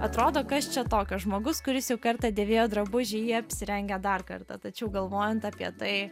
atrodo kas čia tokio žmogus kuris jau kartą dėvėjo drabužį jį apsirengia dar kartą tačiau galvojant apie tai